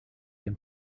can